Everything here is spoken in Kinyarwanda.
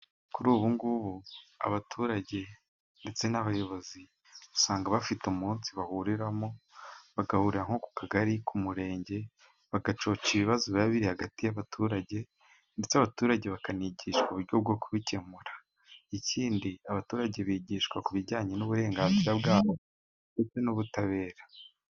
Kuri ubu ngubu abaturage ndetse n'abayobozi usanga bafite umunsi bahuriramo bagahurira nko ku kagari,k' murenge bagacoca ibibazo biba biri hagati y'abaturage ndetse abaturage bakanigishwa uburyo bwo kubikemura. Ikindi abaturage bigishwa ku bijyanye n'uburenganzira bwabo n'ubutabera.